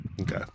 okay